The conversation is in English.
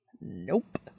Nope